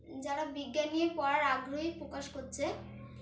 যারা বিজ্ঞান নিয়ে পড়ার আগ্রহ প্রকাশ করছে